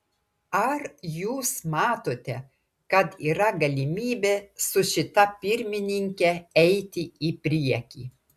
ar jūs matote kad yra galimybė su šita pirmininke eiti į priekį